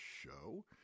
show